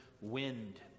wind